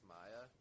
Maya